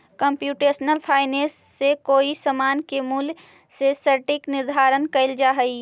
computational finance से कोई समान के मूल्य के सटीक निर्धारण कैल जा हई